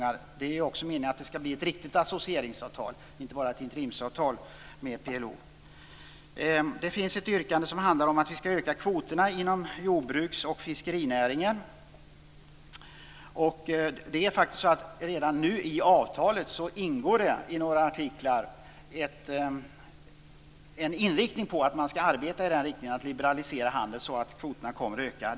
Det är också meningen att det skall bli ett riktigt associeringsavtal, inte bara ett interimsavtal med PLO. Det finns ett yrkande som handlar om att vi skall öka kvoterna inom jordbruks och fiskerinäringen. Redan nu ingår i några artiklar i avtalet att man skall arbeta i riktningen att liberalisera handeln så att kvoterna kommer att öka.